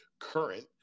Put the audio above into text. Current